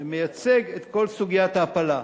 שמייצג את כל סוגיית ההעפלה,